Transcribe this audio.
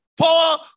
Paul